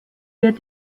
wird